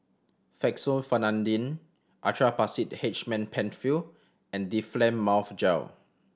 Fexofenadine Actrapid H man Penfill and Difflam Mouth Gel